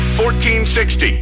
1460